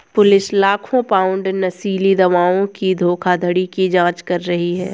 police लाखों pound नशीली दवाओं की धोखाधड़ी की जांच कर रही है